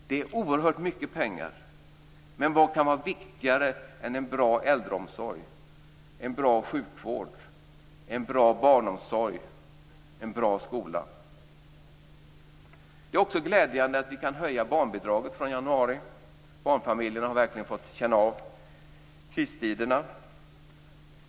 Det är oerhört mycket pengar, men vad kan vara viktigare än en bra äldreomsorg, en bra sjukvård, en bra barnomsorg och en bra skola? Det är också glädjande att vi kan höja barnbidraget från januari. Barnfamiljerna har verkligen fått känna av kristiderna.